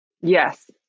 yes